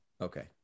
okay